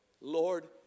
Lord